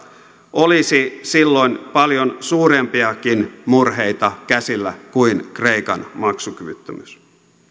olisi silloin paljon suurempiakin murheita käsillä kuin kreikan maksukyvyttömyys